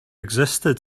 existed